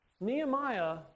Nehemiah